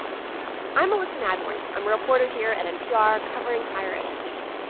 i'm elissa nadworny. i'm reporter here at npr covering higher education.